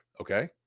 okay